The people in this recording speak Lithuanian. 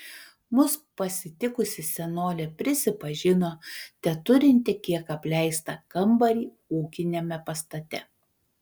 mus pasitikusi senolė prisipažino teturinti kiek apleistą kambarį ūkiniame pastate